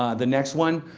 ah the next one,